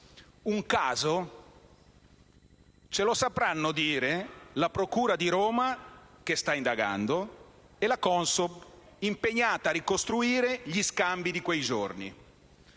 Un caso? Ce lo sapranno dire la procura di Roma, che sta indagando, e la CONSOB, impegnata a ricostruire gli scambi di quei giorni.